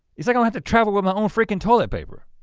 it's like i have to travel with my own frickin' toilet paper,